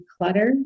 declutter